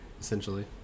essentially